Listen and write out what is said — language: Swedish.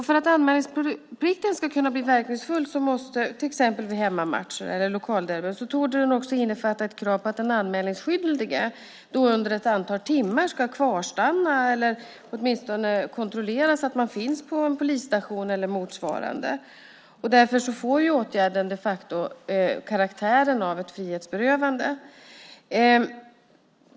För att anmälningsplikten ska kunna bli verkningsfull vid till exempel hemmamatcher eller lokalderbyn torde den också behöva innefatta ett krav på att den anmälningsskyldige under ett antal timmar ska kvarstanna på en polisstation eller motsvarande eller att det åtminstone ska kontrolleras att han eller hon finns där. Därför får åtgärden de facto karaktären av ett frihetsberövande.